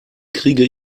kriege